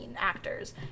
actors